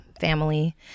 family